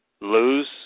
lose